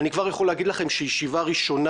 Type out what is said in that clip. אני כבר יכול להגיד לכם שהישיבה הראשונה